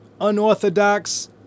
unorthodox